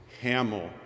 Hamill